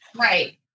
Right